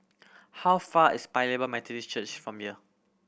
how far is Paya Lebar Methodist Church from here